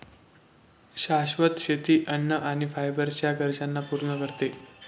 शाश्वत शेती अन्न आणि फायबर च्या गरजांना पूर्ण करते